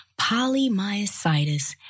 polymyositis